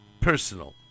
personal